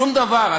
שום דבר.